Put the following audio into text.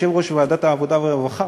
ליושב-ראש ועדת העבודה והרווחה,